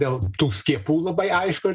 dėl tų skiepų labai aišku